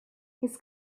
his